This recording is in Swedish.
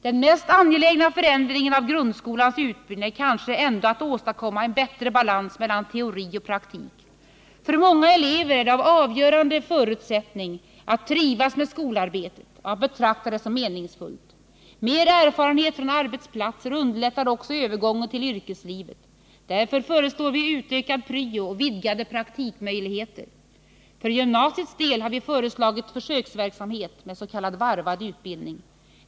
Den mest angelägna förändringen av grundskolans utbildning är kanske ändå att åstadkomma en bättre balans mellan teori och praktik. För många elever är det en avgörande förutsättning för att trivas med skolarbetet och betrakta det som meningsfullt. Mer erfarenhet från arbetsplatser underlättar också övergången till yrkeslivet. Därför föreslår vi utökad pryo och vidgade praktikmöjligheter. För gymnasiets del har vi föreslagit försöksverksamhet med s.k. varvad utbildning.